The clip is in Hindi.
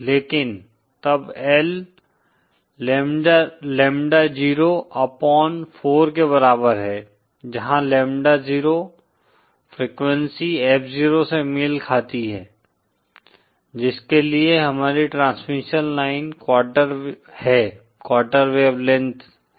लेकिन तब L लैम्ब्डा 0 अपॉन 4 के बराबर है जहां लैम्ब्डा 0 फ्रीक्वेंसी F0 से मेल खाती है जिसके लिए हमारी ट्रांसमिशन लाइन क्वार्टर है क्वार्टर वेव लेंथ है